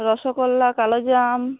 rasgulla কালোজাম